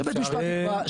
שבית משפט יקבע.